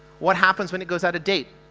what happens when it goes out of date?